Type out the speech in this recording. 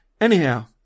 Anyhow